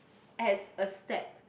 as a step